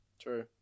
True